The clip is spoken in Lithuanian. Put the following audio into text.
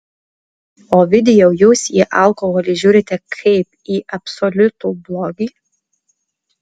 ovidijau jūs į alkoholį žiūrite kaip į absoliutų blogį